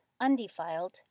undefiled